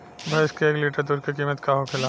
भैंस के एक लीटर दूध का कीमत का होखेला?